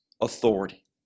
authority